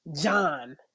John